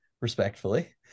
respectfully